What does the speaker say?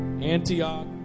antioch